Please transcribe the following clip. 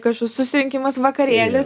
kažkoks susirinkimas vakarėlis